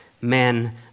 men